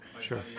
Sure